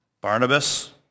Barnabas